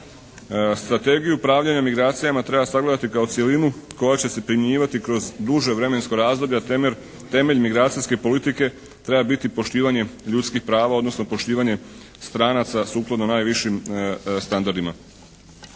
Strategiju upravljanja migracijama treba sagledati kao cjelinu koja će se primjenjivati kroz duže vremensko razdoblje a temelj migracijske politike treba biti poštivanje ljudskih prava odnosno poštivanje stranaca sukladno najvišim standardima.